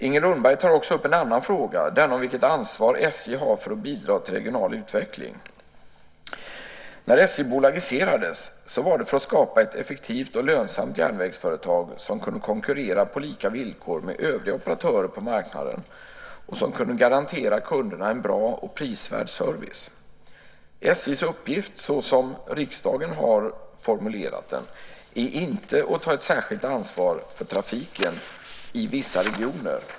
Inger Lundberg tar också upp en annan fråga, den om vilket ansvar SJ har för att bidra till regional utveckling. När SJ bolagiserades var det för att skapa ett effektivt och lönsamt järnvägsföretag som kunde konkurrera på lika villkor med övriga operatörer på marknaden och som kunde garantera kunderna en bra och prisvärd service . SJ:s uppgift, som riksdagen har formulerat den, är inte att ta ett särskilt ansvar för trafiken i vissa regioner.